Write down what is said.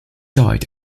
died